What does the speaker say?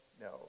No